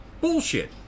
bullshit